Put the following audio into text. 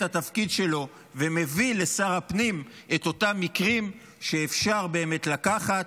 התפקיד שלו ומביא לשר הפנים את אותם מקרים שאפשר באמת לקחת,